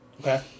Okay